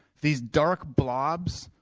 these dark blobs